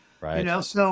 Right